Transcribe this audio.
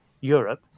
Europe